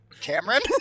Cameron